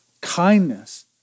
kindness